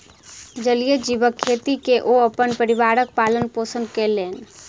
जलीय जीवक खेती कय के ओ अपन परिवारक पालन पोषण कयलैन